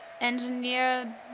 engineer